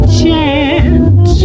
chance